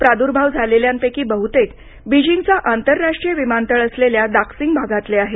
प्रादुर्भाव झालेल्यांपैकी बहुतेक बीजिंगचा आंतरराष्ट्रीय विमानतळ असलेल्या दाक्सिंग भागातले आहेत